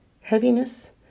heaviness